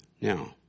Now